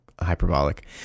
hyperbolic